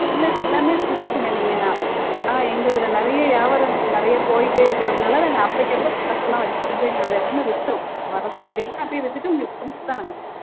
இல்லைங்க எல்லாமே புதுசுங்க நீங்கள் ஆ எங்கள் இதில் நிறைய வியாவரங்கள் நிறைய போயிட்டே இருக்கிறதுனால நாங்கள் அப்போக்கு அப்போ பழசெல்லம் வெச்சுக்கிறதே இல்லை அதெல்லாமே விற்றுரும் வரதை அப்படியே விற்றுட்டு உங்களுக்கு புதுசு தான் நாங்கள் தருவோம்